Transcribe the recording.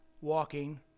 walking